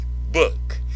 book